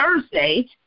Thursday